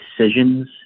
decisions